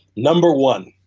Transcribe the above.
number one,